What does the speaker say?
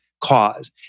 cause